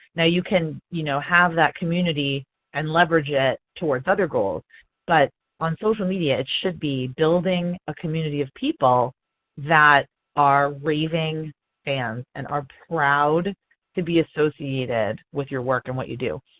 now you can you know have that community and leverage it towards other goals but on social media it should be building a community of people that are raving fans and are proud to be associated with your work and what you do.